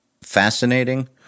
fascinating